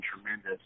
tremendous